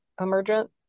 emergent